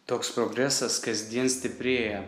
toks progresas kasdien stiprėja